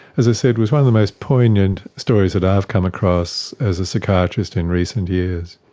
as i said, was one of the most poignant stories that i've come across as a psychiatrist in recent years.